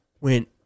went